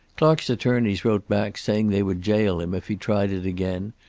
clark's attorneys wrote back saying they would jail him if he tried it again,